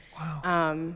Wow